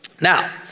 Now